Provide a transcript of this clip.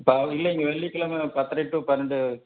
இப்போ இல்லைங்க வெள்ளிக்கிழம பத்தரை டு பன்னெண்டு